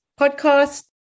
podcast